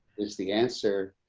is the answer.